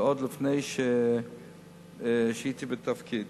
עוד לפני שהייתי בתפקיד.